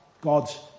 God's